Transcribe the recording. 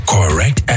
Correct